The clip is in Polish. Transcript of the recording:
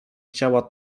chciała